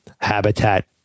habitat